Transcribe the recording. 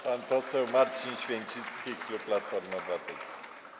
Pan poseł Marcin Święcicki, klub Platforma Obywatelska.